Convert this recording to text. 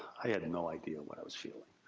i had and no idea what i was feeling.